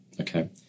okay